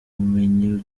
bumenyi